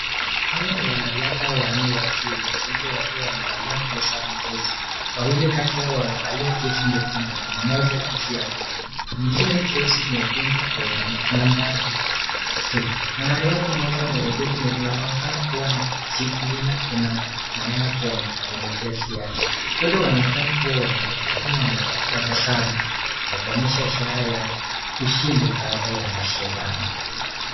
Hawa ni wanariadha wanne wakiume wote wakiwa wamevalia nguo za michezo. Wawili kati yao wamevalia jezi nyekundu na mmoja jezi ya chungwa na mwingine jezi nyekundu yenye namba B two .Mwanariadha mmoja mwenye anaonekana kuwa na neno kenya kwenye jezi yake. Watu wanaonekana kuwa wame lakini wametabasamu wakionyesha ishara ya ushindi baada ya mashindano.